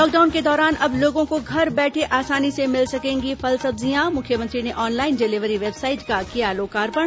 lockdown के दौरान अब लोगों को घर बैठे आसानी से मिल सकेंगी फल सब्जियां मुख्यमंत्री ने ऑनलाइन डिलीवरी वेबसाइट का किया लोकार्पण